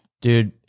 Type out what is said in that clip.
Dude